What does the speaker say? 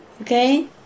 Okay